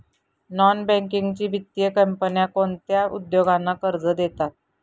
Non banking वित्तीय कंपन्या कोणत्या उद्योगांना कर्ज देतात?